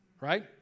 right